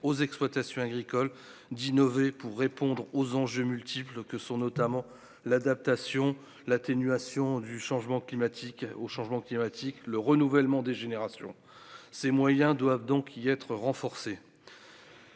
aux exploitations agricoles d'innover pour répondre aux enjeux multiples que sont notamment l'adaptation l'atténuation du changement climatique au changement climatique, le renouvellement des générations, ces moyens doivent donc y être renforcée.